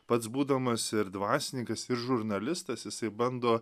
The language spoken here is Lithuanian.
pats būdamas ir dvasininkas ir žurnalistas jisai bando